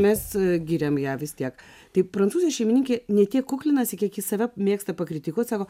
mes giriam ją vis tiek tai prancūzė šeimininkė ne tiek kuklinasi kiek ji save mėgsta pakritikuoti sako